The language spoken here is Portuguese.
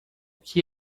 que